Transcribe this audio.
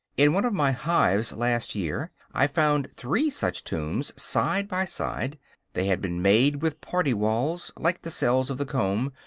in one of my hives last year i found three such tombs side by side they had been made with party-walls, like the cells of the comb,